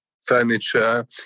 furniture